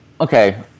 okay